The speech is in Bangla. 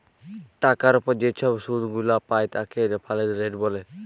টাকার উপর যে ছব শুধ গুলা পায় তাকে রেফারেন্স রেট ব্যলে